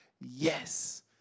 yes